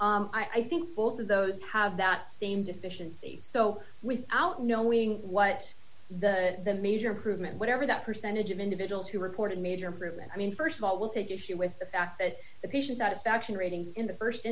reworked i think both of those have that same deficiency so without knowing what the the major improvement whatever that percentage of individuals who reported major improvement i mean st of all will take issue with the fact that the patient satisfaction rating in the